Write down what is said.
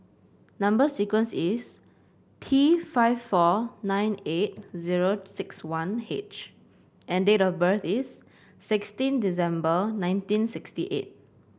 number sequence is T five four nine eight zero six one H and date of birth is sixteen December nineteen sixty eight